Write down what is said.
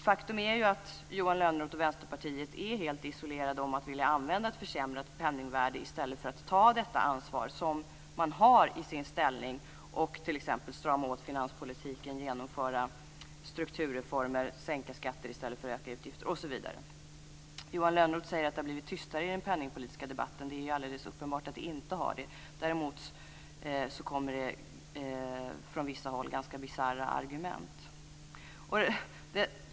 Faktum är att Johan Lönnroth och Vänsterpartiet är helt isolerade om att vilja använda ett försämrat penningvärde i stället för att ta det ansvar som man har i sin ställning och t.ex. strama åt finanspolitiken, genomföra strukturreformer, sänka skatter i stället för att öka utgifter, osv. Johan Lönnroth säger att det har blivit tystare i den penningpolitiska debatten. Det är alldeles uppenbart att det inte har det. Däremot kommer det från vissa håll ganska bisarra argument.